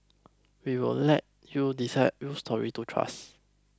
we'll let you decide whose story to trust